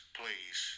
please